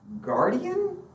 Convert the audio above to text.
guardian